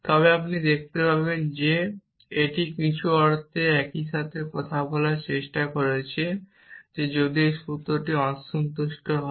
তবে আপনি দেখতে পাবেন যে এটি কিছু অর্থে একই সাথে বলার চেষ্টা করছে যে যদি এই সূত্রটি অসন্তুষ্ট হয়